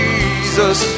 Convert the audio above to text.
Jesus